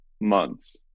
months